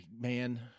man